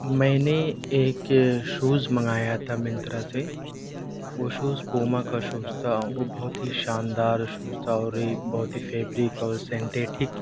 میں نے ایک شوز منگایا تھا منترا سے وہ شوز پوما کا شوز تھا وہ بہت ہی شاندار شوز تھا اور ایک بہت ہی فیبریک اور سینٹیٹھک